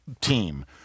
team